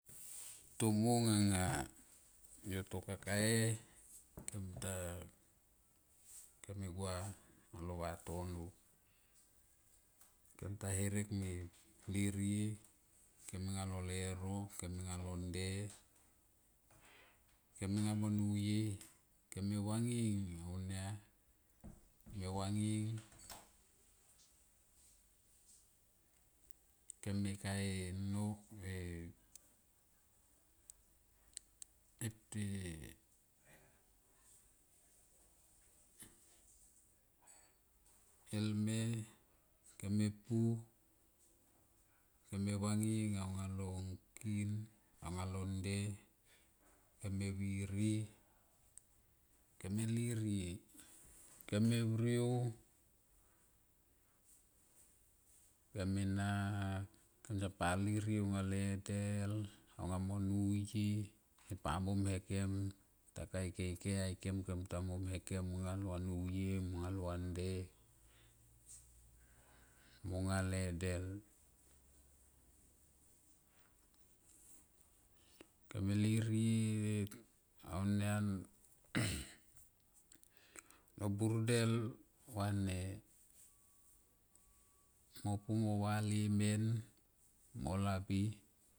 Tu mung nga yo to kake e kom ta kem me gua lo vatono kem ta herek me lirie kem anga lo leuro anga lo nde kem anga mo nuye kem mavanging au nia me vanging kem ka e nok me e elme kem me pu kem me vanging anga lon ngkin alo nde kem me viri kem me lirie kem me vridu kem me e. Kem sapa lirie anga le del au nga mo nuye sapa mom hekem i keikei aikem pute mom akem monga lua nuye monga lua dne monga lua nuye monga lua dne monga la dek kemme lirie au nia lo burdel vane mp pu ma vale men lapi.